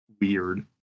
weird